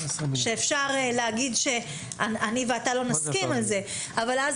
שאפשר להגיד שאולי אנחנו לא נסכים על זה אבל אז